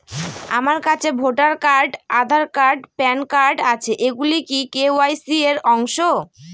আমার কাছে voter card Aadhaar card PAN card আছে এগুলো কি কে.ওয়াই.সি র অংশ?